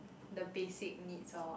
the basic needs lor